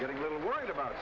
getting a little worried about